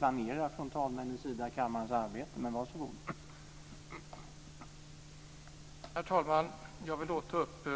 Herr talman! Jag vill ta upp